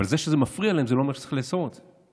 אבל זה שזה מפריע להם זה לא אומר שצריך לאסור את זה.